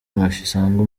mafisango